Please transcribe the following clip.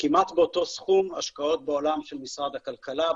וכמעט באותו סכום השקעות בעולם של משרד הכלכלה,